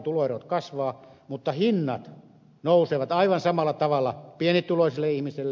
tuloerot kasvavat mutta hinnat nousevat aivan samalla tavalla pienituloiselle ihmiselle